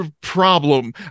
problem